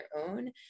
own